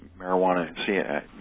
Marijuana